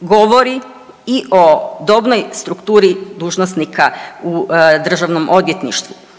govori i o dobnoj strukturi dužnosnika u DORH-u. Vidljivo